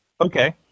Okay